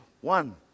One